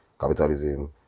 capitalism